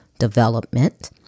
development